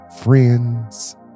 friends